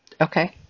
Okay